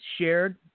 shared